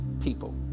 people